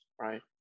right